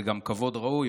זה גם כבוד ראוי.